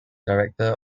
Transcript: director